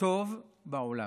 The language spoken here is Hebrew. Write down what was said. הטוב בעולם.